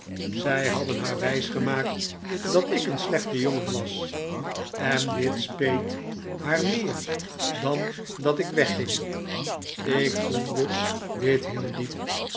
zij hadden haar wijsgemaakt dat ik een slechte jongen was en dit speet haar meer dan dat ik wegging ik voelde dit heel diep